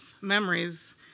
memories